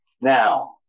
Now